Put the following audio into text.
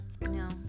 No